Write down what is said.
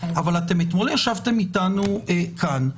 אבל אתמול ישבתם איתנו כאן,